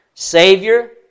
Savior